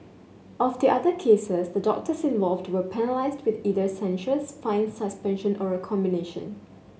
of the other cases the doctors involved were penalised with either censures fines suspension or a combination